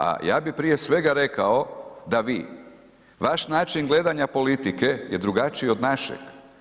A ja bih prije svega rekao da vi, vaš način gledanja politike je drugačiji od našeg.